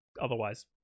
otherwise